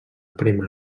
prémer